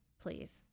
please